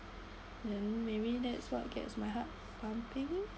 then maybe that's what gets my heart pumping